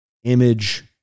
Image